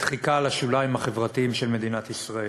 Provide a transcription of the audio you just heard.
דחיקה לשוליים החברתיים של מדינת ישראל.